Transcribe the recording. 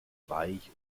weich